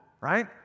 right